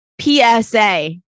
PSA